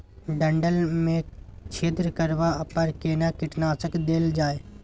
डंठल मे छेद करबा पर केना कीटनासक देल जाय?